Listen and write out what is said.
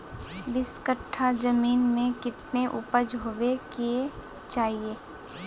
बीस कट्ठा जमीन में कितने उपज होबे के चाहिए?